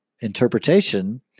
interpretation